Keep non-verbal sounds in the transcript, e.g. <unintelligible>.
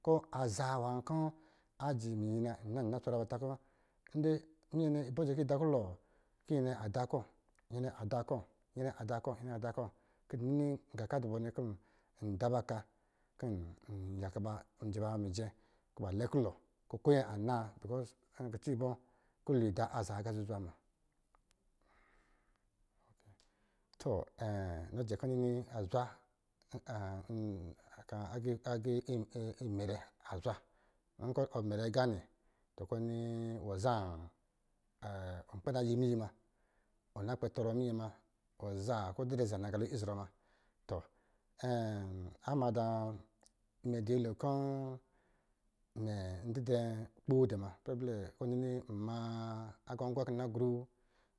Ko aza nwa kɔ̄ ajɛɛ mɛ nyi na, nna na swara ta kɔ̄ ndɛ minyɛ nnɛ ibɔ jɛ kɔ̄ yi da kulɔ? Kɔ̄ nyɛ ada kɔ̄, nyɛ ada kɔ̄ nye ada kɔ̄ nye ada ko ni gā kɔ̄ a dɔ bɔ nnɛ kɔ̄ nda ba ka, kɔ̄ nyaka ba, njɛ ba mijɛ kɔ̄ ba lɛ kulɔ, kɔ̄ ko nyɛ a na because kucɔ ibɔ kulɔ ida aza aga zuzwa na <unintelligible> nkɔ̄ adɔ̄ mɛrɛ agā nnɛ, wɔ kpɛ na yi miyi muna wɔ na kpɛ tɔrɔ minyɛ muna <unintelligible> wɔ kpɛ didrɛ za nagalo izɔrɔ muna to ama da muna, mɛ dɔ̄ nyɛ kɔ̄ mɛ didrɛ kpo dɛ muna, blɛ kɔ̄ ɔ nini nma agwagwa kɔ̄ nna gru